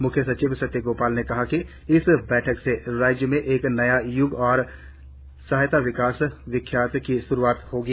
मुख्य सचिव सत्य गोपाल ने कहा कि इस बैठक से राज्य में एक नया युग और सहायता विकास व्याख्यात की शुरुआत करेगी